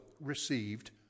received